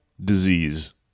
disease